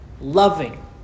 loving